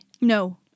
No